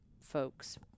folks